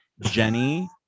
Jenny